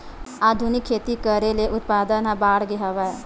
आधुनिक खेती करे ले उत्पादन ह बाड़गे हवय